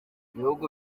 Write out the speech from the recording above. bihugu